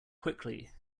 quickly